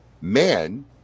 Man